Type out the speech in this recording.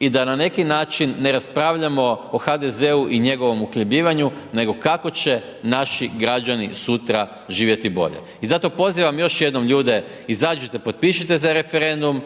i da na neki način ne raspravljamo o HDZ-u i njegovom uhljebljivanju, nego kako će naši građani sutra živjeti bolje. I zato pozivam još jednom ljude, izađite, potpišite za referendum,